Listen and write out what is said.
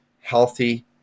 healthy